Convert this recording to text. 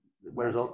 whereas